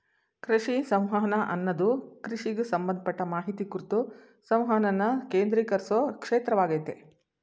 ಕೃಷಿ ಸಂವಹನ ಅನ್ನದು ಕೃಷಿಗ್ ಸಂಬಂಧಪಟ್ಟ ಮಾಹಿತಿ ಕುರ್ತು ಸಂವಹನನ ಕೇಂದ್ರೀಕರ್ಸೊ ಕ್ಷೇತ್ರವಾಗಯ್ತೆ